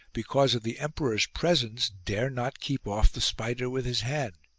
because of the emperor's presence, dare not keep off the spider with his hand,